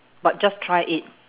but just try it